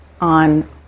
on